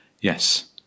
yes